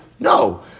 No